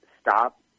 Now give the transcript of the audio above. stop